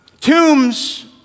tombs